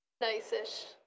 nice-ish